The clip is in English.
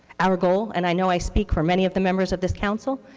our goal, and i know i speak for many of the members of this council,